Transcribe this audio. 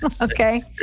Okay